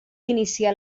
iniciar